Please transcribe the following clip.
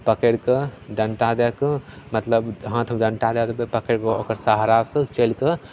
पकड़िके डन्टा दैके मतलब हाथमे डन्टा दै देबै पकड़िके ओकर सहारासे चलिके